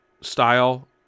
style